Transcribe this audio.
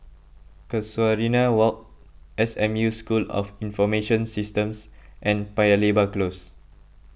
Casuarina Walk S M U School of Information Systems and Paya Lebar Close